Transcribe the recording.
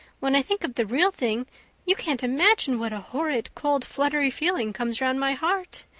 when i think of the real thing you can't imagine what a horrid cold fluttery feeling comes round my heart.